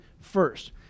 first